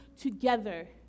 together